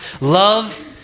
love